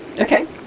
Okay